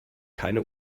keine